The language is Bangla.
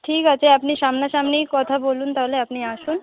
ঠিক আছে আপনি সামনা সামনিই কথা বলুন তাহলে আপনি আসুন